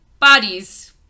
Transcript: Bodies